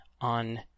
on